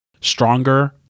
stronger